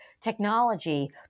technology